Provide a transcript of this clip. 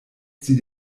sie